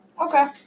Okay